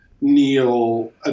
Neil